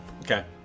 Okay